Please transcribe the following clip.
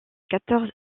quatorze